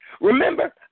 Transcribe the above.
Remember